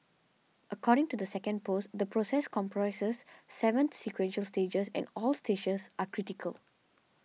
according to the second post the process comprises seven sequential stages and all stages are critical